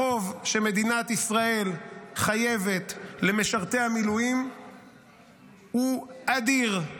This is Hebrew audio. החוב שמדינת ישראל חייבת למשרתי המילואים הוא אדיר.